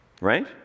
right